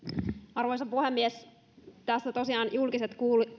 arvoisa puhemies tässä tosiaan julkiset